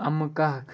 اَمہٕ کاک